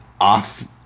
off